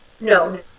No